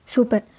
Super